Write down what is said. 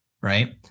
right